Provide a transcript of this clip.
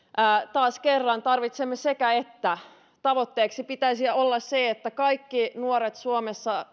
taas kerran tarvitsemme sekä että tavoitteena pitäisi olla se että kaikki nuoret suomessa